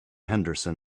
henderson